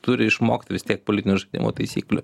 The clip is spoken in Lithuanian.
turi išmokt vis tiek politinio žaidimo taisyklių